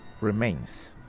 remains